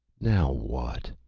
now what?